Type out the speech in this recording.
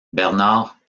bernard